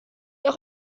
auch